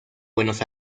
buenos